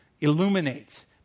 illuminates